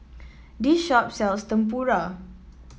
this shop sells Tempura